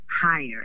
higher